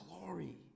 Glory